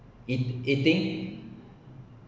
eat eating